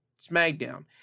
SmackDown